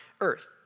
earth